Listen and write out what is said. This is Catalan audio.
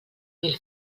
mil